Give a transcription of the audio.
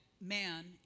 man